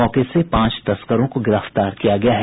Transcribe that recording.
मौके से पांच तस्करों को गिरफ्तार किया गया है